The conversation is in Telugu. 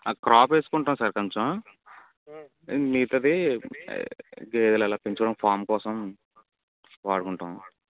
ఆ క్రాప్ వేసుకుంటాం సార్ కొంచెం మిగితాది ఎది ఇలా కొంచెం ఫార్మ్ కోసం వాడుకుంటాం